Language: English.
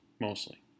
mostly